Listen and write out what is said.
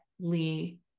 Lee